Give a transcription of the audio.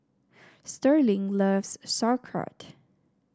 Sterling loves Sauerkraut